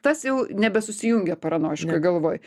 tas jau nebe susijungia paranojiškoj galvoj